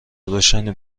روشنی